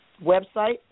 website